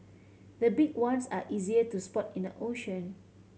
the big ones are easier to spot in the ocean